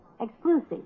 Exclusive